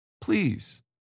please